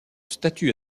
statue